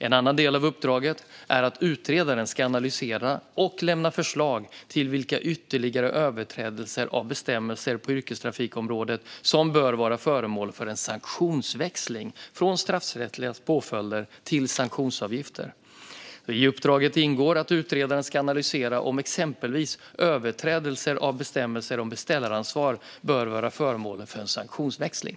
En annan del av uppdraget är att utredaren ska analysera och lämna förslag till vilka ytterligare överträdelser av bestämmelser på yrkestrafikområdet som bör vara föremål för en sanktionsväxling från straffrättsliga påföljder till sanktionsavgifter. I uppdraget ingår att utredaren ska analysera om exempelvis överträdelser av bestämmelserna om beställaransvar bör vara föremål för en sanktionsväxling.